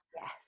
Yes